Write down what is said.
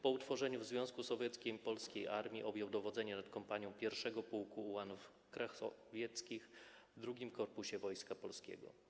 Po utworzeniu w Związku Sowieckim polskiej armii objął dowodzenie nad kompanią 1. Pułku Ułanów Krechowieckich w II Korpusie Wojska Polskiego.